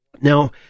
Now